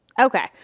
Okay